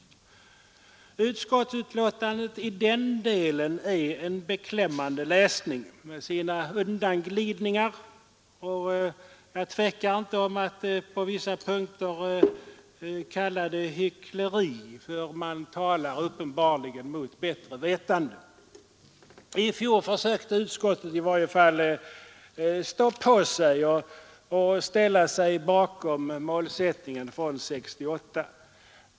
Utskottsbetänkandet i den delen är en beklämmande läsning med sina undanglidningar, och jag tvekar inte att på vissa punkter kalla det hyckleri, för man talar uppenbarligen mot bättre vetande. I fjol försökte utskottet i varje fall stå på sig och ställa sig bakom målsättningen från 1968.